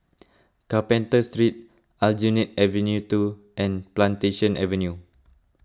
Carpenter Street Aljunied Avenue two and Plantation Avenue